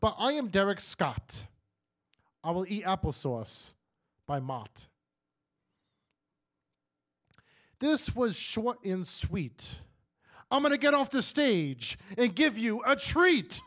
but i am derek scott i will eat apple sauce by mart this was shown in sweet i'm going to get off the stage and give you a treat